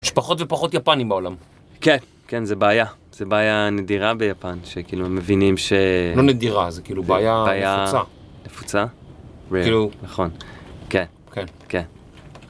יש פחות ופחות יפנים בעולם. כן. כן, זו בעיה. זו בעיה נדירה ביפן, שכאילו, הם מבינים ש... לא נדירה, זה כאילו בעיה נפוצה. בעיה... נפוצה? ריאל. כאילו... נכון. כן. כן. כן.